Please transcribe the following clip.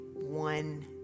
one